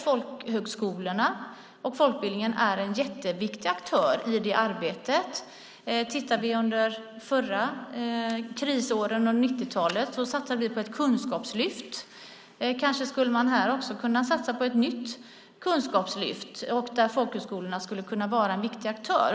Folkhögskolorna, folkbildningen, är, tycker jag, en mycket viktig aktör i det arbetet. Under förra krisen, under krisåren på 1990-talet, satsade vi på Kunskapslyftet. Kanske kunde man också nu satsa på ett kunskapslyft där folkhögskolorna skulle kunna vara en viktig aktör.